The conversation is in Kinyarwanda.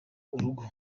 urugo